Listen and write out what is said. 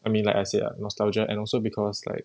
I mean like I say ah nostalgia and also because like